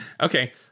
Okay